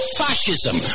fascism